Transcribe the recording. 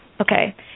Okay